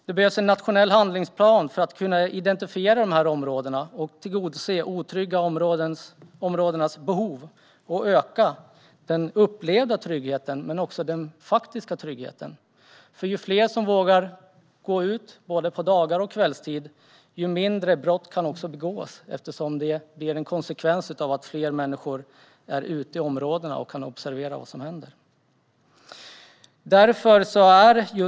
Det behövs en nationell handlingsplan för att identifiera områdena och tillgodose de otrygga områdenas behov, öka den upplevda tryggheten och också den faktiska tryggheten. Ju fler som vågar gå ut på dagen och på kvällstid, desto färre brott kan begås, för fler personer är ute och kan observera vad som händer.